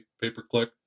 pay-per-click